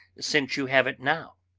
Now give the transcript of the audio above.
since you have it now?